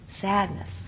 Sadness